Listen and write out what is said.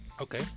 Okay